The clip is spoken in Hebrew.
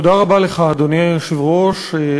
אדוני היושב-ראש,